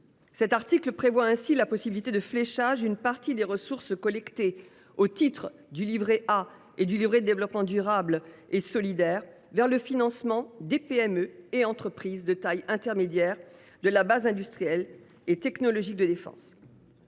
L’article 1 prévoit ainsi la possibilité de fléchage d’une partie des ressources collectées au titre du livret A et du livret de développement durable et solidaire vers le financement des PME et entreprises de taille intermédiaire de la BITD. Portée de manière